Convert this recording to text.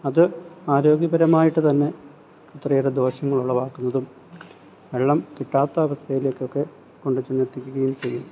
അത് ആരോഗ്യപരമായിട്ട് തന്നെ അത്രയേറെ ദോഷങ്ങൾ ഉളവാക്കുന്നതും വെള്ളം കിട്ടാത്ത അവസ്ഥയിലേക്കൊക്കെ കൊണ്ട് ചെന്നെത്തിക്കുകയും ചെയ്യും